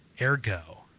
ergo